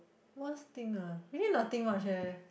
worst thing ah really nothing much leh